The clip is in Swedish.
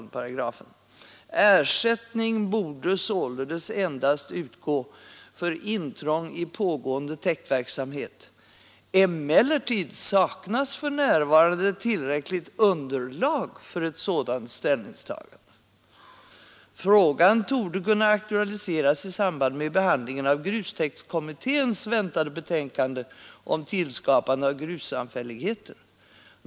Emellertid saknas för närvarande tillräckligt underlag för ett sådant ställningstagande. Frågan torde kunna aktualiseras i samband med behandlingen av grustäktskommitténs väntade betänkande om tillskapande av grussamfälligheter.